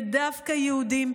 ודווקא יהודים,